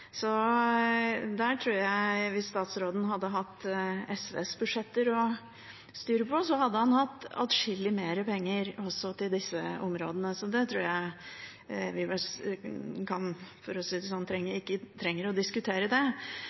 Hvis statsråden hadde hatt SVs budsjetter å styre på, hadde han hatt atskillig mer penger også til disse områdene. Så det tror jeg ikke vi trenger å diskutere. Men kanskje et litt annet spørsmål er dette med samhandlingsreformen, for der har kommunehelsetjenesten slitt. Ikke alle bygger opp tilsvarende tilbud som det